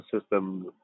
system